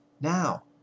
now